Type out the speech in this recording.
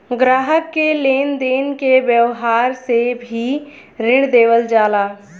ग्राहक के लेन देन के व्यावहार से भी ऋण देवल जाला